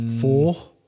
four